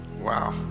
Wow